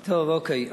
אוקיי.